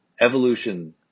evolution